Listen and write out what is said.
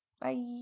Bye